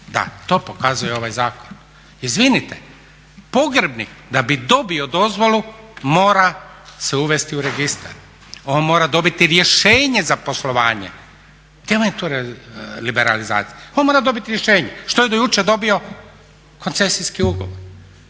da to pokazuje ovaj zakon. Izvinite, pogrebnik da bi dobio dozvolu mora se uvesti u registar. On mora dobiti rješenje za poslovanje. Gdje vam je tu liberalizacija? On mora dobiti rješenje. Što je do jučer dobio? Koncesijski ugovor.